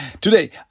Today